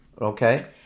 Okay